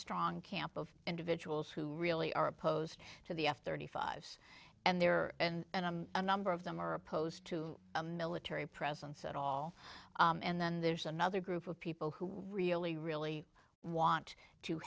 strong camp of individuals who really are opposed to the f thirty five and there and a number of them are opposed to a military presence at all and then there's another group of people who really really want to